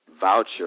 voucher